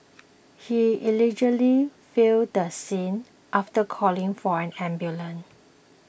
he allegedly fled the scene after calling for an ambulance